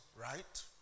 right